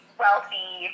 wealthy